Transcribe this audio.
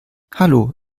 hallo